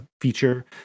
feature